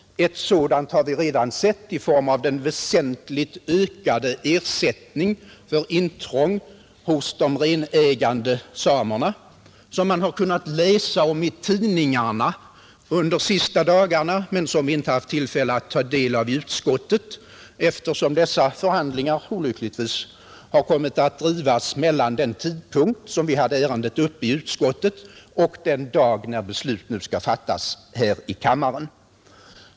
Ett sådant har vi redan sett i form av den väsentligt ökade ersättning för intrång hos de renägande samerna som man har kunnat läsa om i tidningarna under de senaste dagarna men som vi inte haft tillfälle att ta del av i utskottet, eftersom dessa förhandlingar olyckligtvis har kommit att drivas mellan den tidpunkt då vi hade ärendet uppe i utskottet och den dag när beslut nu skall fattas här i kammaren.